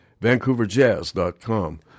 VancouverJazz.com